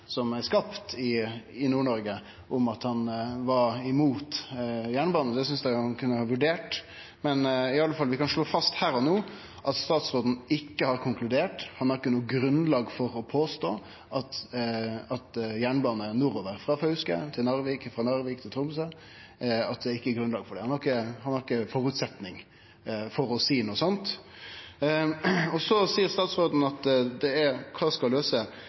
som er skapt i Nord-Noreg, om at han var imot jernbanen. Det synest eg han kunne ha vurdert, men vi kan i alle fall slå fast her og no at statsråden ikkje har konkludert, at han ikkje har noko grunnlag for å påstå at det ikkje er grunnlag for jernbane nordover frå Fauske til Narvik og frå Narvik til Tromsø. Han har ikkje nokon føresetnad for å seie noko sånt. Så seier statsråden: Kva skal løyse situasjonen på vegane no? Det han då svarar, er